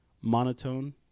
monotone